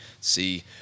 see